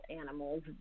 animals